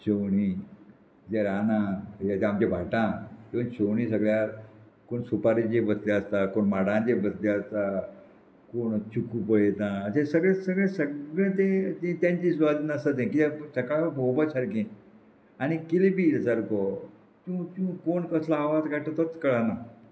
शेवणीं जें रानां आमच्या भाटां येवन शेवणीं सगळ्या कोण सुपारी जी बसलीं आसता कोण माडांचेर बसलीं आसता कोण चिकू पळयता अशें सगळे सगळे सगळे ते तीं तेंचे सुवातेन आसता तें किद्याक सकाळीं पोवपा सारकें आनी किले बी सारको चींव चींव कोण कसलो आवाज काडटा तोच कळना